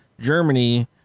Germany